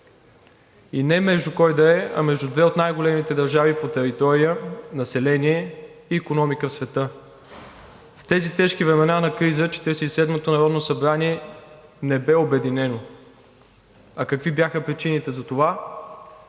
И не между кой да е, а между две от най-големите държави по територия, население и икономика в света. В тези тежки времена на криза Четиридесет и седмото народно събрание не бе обединено, а какви бяха причините за това,